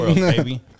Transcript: baby